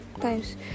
times